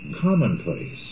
commonplace